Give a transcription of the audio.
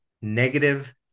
negative